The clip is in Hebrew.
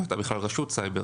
לא הייתה בכלל רשות סייבר.